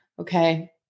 okay